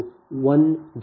ಆದ್ದರಿಂದ ZBUS0